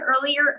earlier